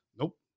Nope